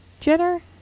Jenner